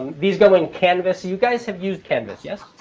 these go in canvas. you guys have used canvas, yes?